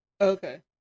Okay